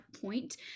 point